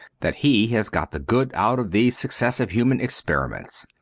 that he has got the good out of these successive human experiments.